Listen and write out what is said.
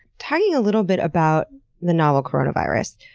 tell me a little bit about the novel coronavirus.